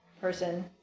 person